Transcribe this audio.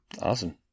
Awesome